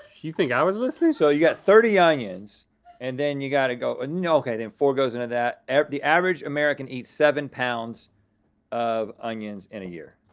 you think i was listening? so you got thirty onions and then you gotta go, ah no, okay, then four goes into that, the average american eats seven pounds of onions in a year.